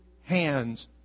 hands